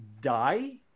Die